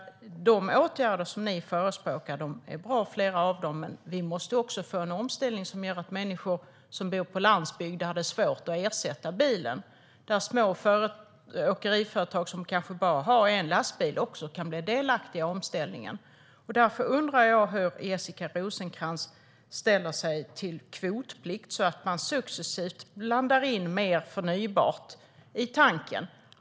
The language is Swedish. Flera av de åtgärder som ni förespråkar är bra, men vi måste också få en omställning som gör att människor som bor på landsbygden och som har svårt att ersätta bilen kan bli delaktiga i omställningen. Det gäller också åkeriföretag som kanske bara har en lastbil. Därför undrar jag hur Jessica Rosencrantz ställer sig till kvotplikt för att man successivt fyller tanken med mer förnybart bränsle.